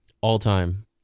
All-time